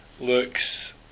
looks